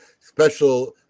special